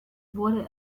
wurde